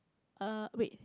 uh wait